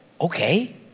Okay